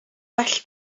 well